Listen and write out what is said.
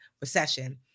recession